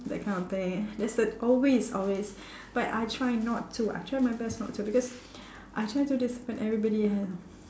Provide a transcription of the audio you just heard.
that kind of thing there's that always always but I try not to I try my best not to because I try to discipline everybody and